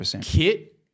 kit